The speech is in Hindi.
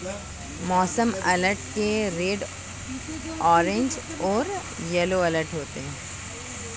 मौसम अलर्ट के रेड ऑरेंज और येलो अलर्ट होते हैं